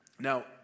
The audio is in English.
Now